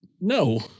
No